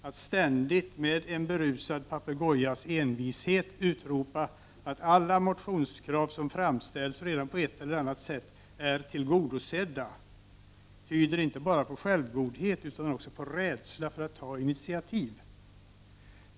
Att ständigt — med en berusad papegojas envishet — utropa att alla motionskrav som framställs redan på ett eller annat sätt är tillgodosedda tyder inte bara på självgodhet utan också på rädsla för att ta initiativ.